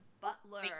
Butler